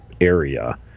area